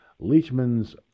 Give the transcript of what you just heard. Leachman's